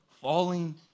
falling